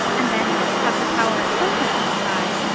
and then have the power at some point to decide,